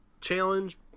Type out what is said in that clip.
challenge